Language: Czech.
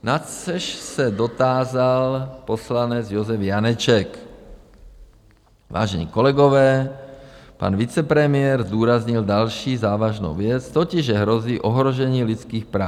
Na což se dotázal poslanec Josef Janeček: Vážení kolegové, pan vicepremiér zdůraznil další závažnou věc, totiž že hrozí ohrožení lidských práv.